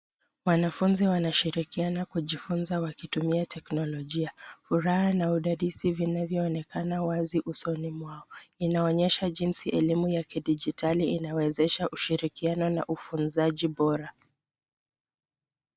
Wanafunzi wanashirikiana kujifunza wakitumia teknolojia, furaha na udadisi inavyo onekana usoni mwao, inaonyesha jinsi elimu ya kidijitali ina wezesha ushirikiano na ufunzaji bora.